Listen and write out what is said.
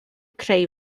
creu